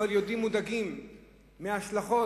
אבל היודעים מודאגים מההשלכות